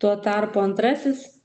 tuo tarpu antrasis